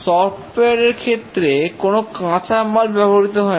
software এর ক্ষেত্রে কোন কাঁচামাল ব্যবহৃত হয় না